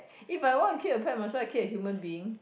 if I want to keep a pet might as well I keep a human being